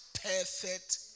perfect